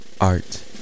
art